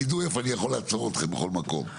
תדעו איפה אני יכול לעצור אתכם בכל מקום.